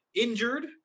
injured